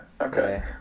Okay